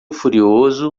furioso